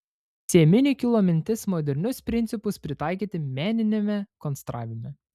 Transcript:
cieminiui kilo mintis modernius principus pritaikyti meniniame konstravime